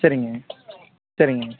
சரிங்க சரிங்க